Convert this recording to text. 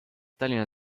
tallinna